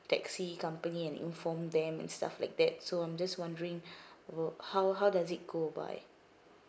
taxi company and inform them and stuff like that so I'm just wondering wh~ how how does it go by